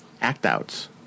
act-outs